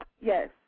Yes